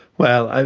well, and